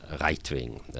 right-wing